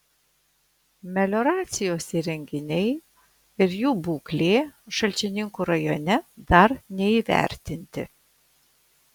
melioracijos įrenginiai ir jų būklė šalčininkų rajone dar neįvertinti